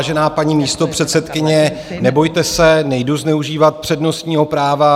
Vážená paní místopředsedkyně, nebojte se, nejdu zneužívat přednostního práva.